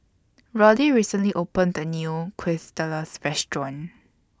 Roddy recently opened A New Quesadillas Restaurant